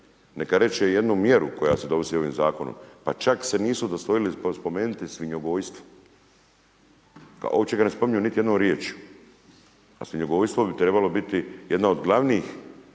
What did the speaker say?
Neka reče jednu mjeru koja se donosi ovim Zakonom, pa čak se nisu udostojili spomenuti svinjogojstvo, uopće ga ne spominju niti jednom riječju, a svinjogojstvo bi trebalo biti jedna od glavnih